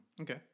Okay